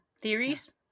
theories